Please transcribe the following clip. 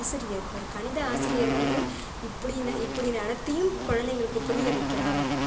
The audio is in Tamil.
ஆசிரியர் ஒரு கணித ஆசிரியர் வந்து இப்படி இப்படி நடத்தியும் குழந்தைங்களுக்கு புரிய வைக்கலாம்